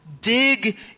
dig